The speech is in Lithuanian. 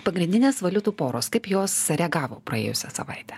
pagrindinės valiutų poros kaip jos reagavo praėjusią savaitę